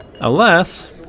Alas